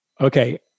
Okay